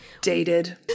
Dated